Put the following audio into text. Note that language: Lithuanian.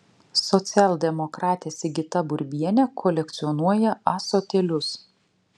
socialdemokratė sigita burbienė kolekcionuoja ąsotėlius